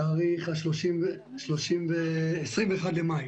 בתאריך 21 במאי.